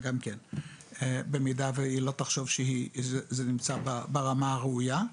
במידה והיא לא תחשוב שזה נמצא ברמה הראויה.